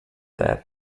terra